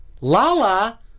Lala